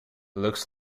looks